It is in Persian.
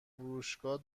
فروشگاه